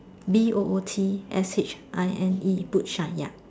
B O O T S H I N E boot shine ya